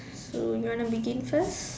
so you want to begin first